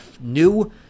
new